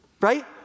Right